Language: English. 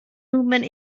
movement